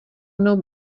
mnou